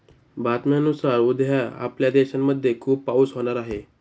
बातम्यांनुसार उद्या आपल्या देशामध्ये खूप पाऊस होणार आहे